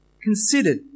considered